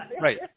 right